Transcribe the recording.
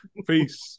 Peace